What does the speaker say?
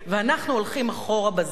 ואנחנו הולכים אחורה בזמן,